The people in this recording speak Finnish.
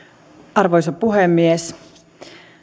arvoisa puhemies